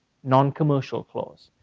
non-commercial clause,